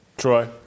Troy